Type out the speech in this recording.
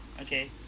Okay